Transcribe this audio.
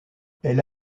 elle